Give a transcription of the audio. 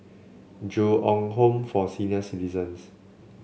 Ju Eng Home for Senior Citizens